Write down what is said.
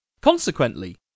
Consequently